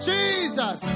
Jesus